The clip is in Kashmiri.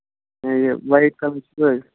ہَے یہِ وایِٹ کَلَر چھُ حظ